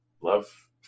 love